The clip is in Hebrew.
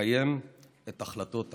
ולקיים את החלטות הכנסת.